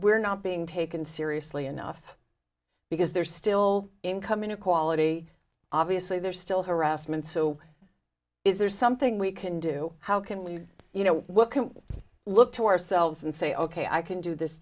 we're not being taken seriously enough because there's still income inequality obviously there's still harassment so is there something we can do how can we you know what can we look to ourselves and say ok i can do this